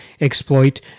exploit